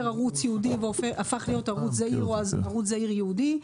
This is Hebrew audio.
ערוץ ייעודי והפך להיות ערוץ זעיר או ערוץ זעיר ייעודי,